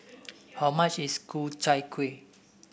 how much is Ku Chai Kueh